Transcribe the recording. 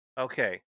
Okay